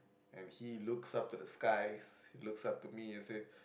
and he looks up to the skies looks up to me and say